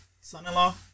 son-in-law